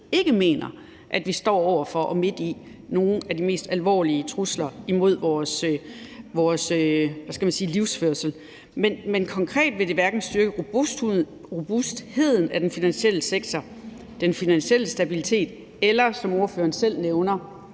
ikke mener, at vi står over for og vi er midt i nogle af de mest alvorlige trusler imod vores livsførelse, men konkret vil det hverken styrke robustheden af den finansielle sektor, den finansielle stabilitet eller, som ordføreren selv nævner,